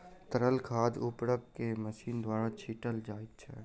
तरल खाद उर्वरक के मशीन द्वारा छीटल जाइत छै